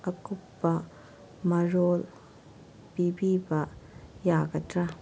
ꯑꯀꯨꯞꯄ ꯃꯔꯣꯜ ꯄꯤꯕꯤꯕ ꯌꯥꯒꯗ꯭ꯔ